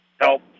help